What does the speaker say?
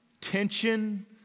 tension